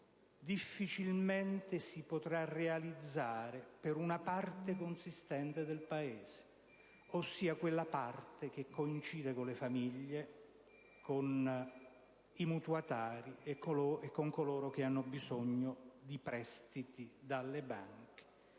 difficilmente si potrà realizzare per una parte consistente del Paese, ossia quella parte che coincide con le famiglie, con i mutuatari e con coloro che hanno bisogno di prestiti dalle banche.